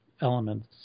elements